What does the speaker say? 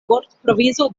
vortprovizo